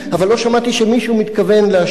אבל לא שמעתי שמישהו מתכוון להאשים את